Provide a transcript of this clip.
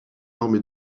armée